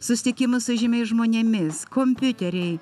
susitikimus su žymiais žmonėmis kompiuteriai